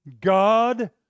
God